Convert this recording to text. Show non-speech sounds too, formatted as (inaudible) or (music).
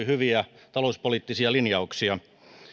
(unintelligible) hyviä talouspoliittisia linjauksia